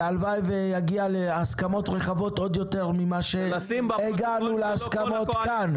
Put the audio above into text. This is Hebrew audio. והלוואי ויגיע להסכמות רחבות עוד יותר ממה שהגענו אליהן כאן.